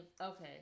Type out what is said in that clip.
okay